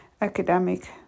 academic